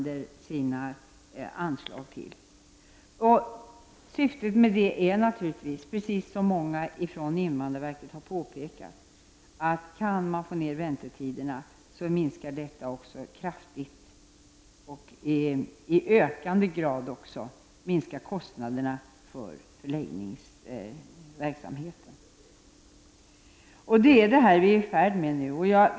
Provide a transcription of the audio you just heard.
Detta kommer jag att ta upp i budgetpropositionen. Som invandrarverket framhållit minskar kostnaderna för förläggningsverksamheten om man kan minska handläggningstiderna.